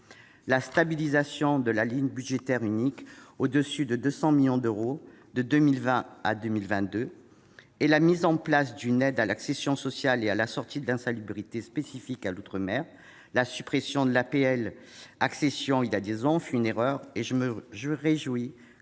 la stabilisation de la ligne budgétaire unique (LBU) au-dessus de 200 millions d'euros de 2020 à 2022, d'autre part, la mise en place d'une aide à l'accession sociale et à la sortie de l'insalubrité spécifique à l'outre-mer. À cet égard, la suppression de l'APL accession il y a deux ans fut une erreur que je me réjouis